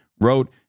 wrote